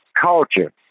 culture